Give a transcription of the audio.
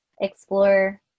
explore